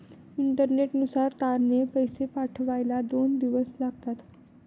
इंटरनेटनुसार तारने पैसे पाठवायला दोन दिवस लागतात